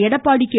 Edappadi K